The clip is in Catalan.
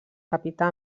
capità